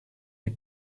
les